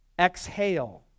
Exhale